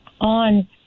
On